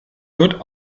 wird